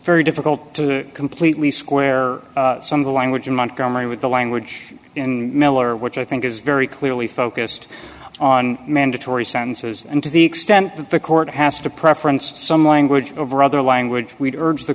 very difficult to completely square some of the language in montgomery with the language in miller which i think is very clearly focused on mandatory sentences and to the extent that the court has to preference some language of rather language we'd urge t